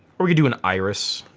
or we could do an iris.